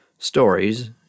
stories